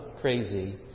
crazy